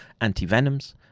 antivenoms